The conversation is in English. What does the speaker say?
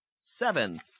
seven